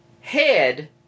head